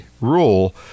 rule